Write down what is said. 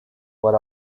were